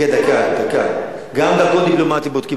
גם דרכון דיפלומטי בודקים.